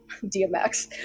DMX